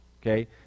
Okay